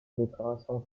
décoration